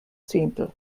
zehntel